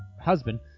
husband